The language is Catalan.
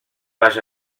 vaja